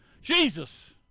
Jesus